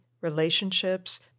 relationships